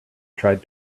tried